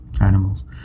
animals